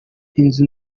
inzu